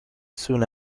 soon